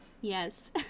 Yes